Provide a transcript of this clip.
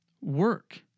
Work